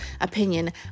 opinion